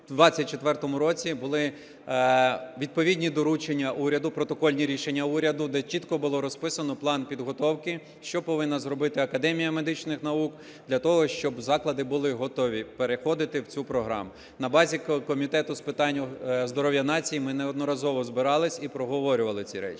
У 2024 році були відповідні доручення уряду, протокольні рішення уряду, де чітко було розписано план підготовки, що повинна зробити Академія медичних наук для того, щоб заклади були готові переходити в цю програму. На базі Комітету з питань здоров'я нації ми неодноразово збирались і проговорювали ці речі.